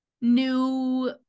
new